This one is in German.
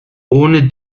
ohne